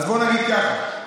אז בוא נגיד ככה,